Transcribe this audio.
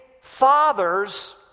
fathers